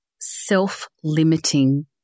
self-limiting